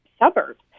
suburbs